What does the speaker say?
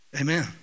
Amen